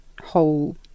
whole